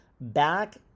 back